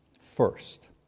first